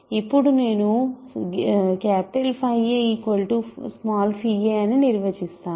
ఇప్పుడు నేను 𝚽 aఅని నిర్వచిస్తాను